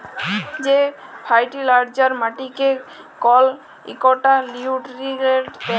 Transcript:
যে ফার্টিলাইজার মাটিকে কল ইকটা লিউট্রিয়েল্ট দ্যায়